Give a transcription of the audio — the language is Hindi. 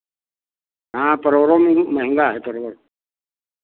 हाँ परवल अभी महंगा है परवल